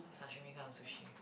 sashimi kind of sushi